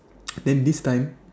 then this time